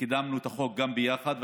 וקידמנו את החוק יחד,